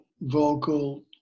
vocal